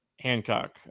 Hancock